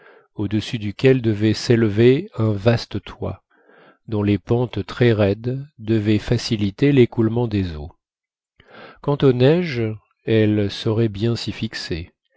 au-dessus duquel devait s'élever un vaste toit dont les pentes très raides devaient faciliter l'écoulement des eaux quand aux neiges elles sauraient bien s'y fixer